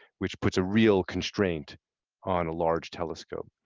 which puts a real constraint on a large telescope.